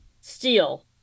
Steel